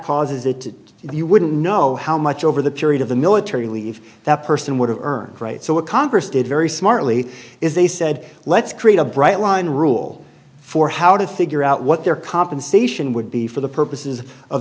causes it you wouldn't know how much over the period of the military leave that person would have earned right so what congress did very smartly is they said let's create a bright line rule for how to figure out what their compensation would be for the purposes of